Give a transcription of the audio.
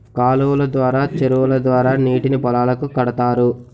కాలువలు ద్వారా చెరువుల ద్వారా నీటిని పొలాలకు కడతారు